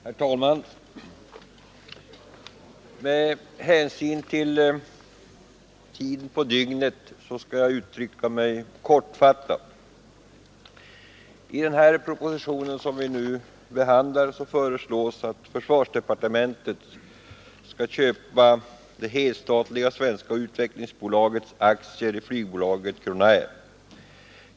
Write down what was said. Herr talman! Med hänsyn till tiden på dygnet skall jag uttrycka mig kortfattat. I den proposition som vi nu behandlar föreslås att försvarsdepartementet skall köpa det helstatliga Svenska utvecklingsaktiebolagets aktier i flygbolaget Crownair.